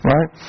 Right